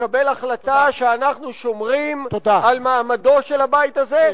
לקבל החלטה שאנחנו שומרים על מעמדו של הבית הזה,